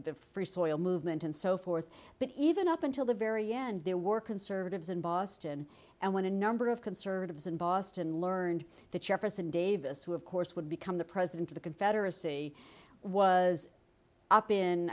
the free soil movement and so forth but even up until the very end there were conservatives in boston and when a number of conservatives in boston learned that jefferson davis who of course would become the president of the confederacy was up in